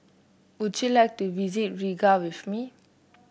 would you like to visit Riga with me